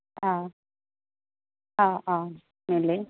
অঁ অঁ অঁ নিলে